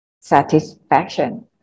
satisfaction